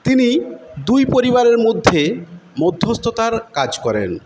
তিনি দুই পরিবারের মধ্যে মধ্যস্থতার কাজ করেন